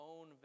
own